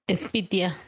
Espitia